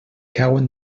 cauen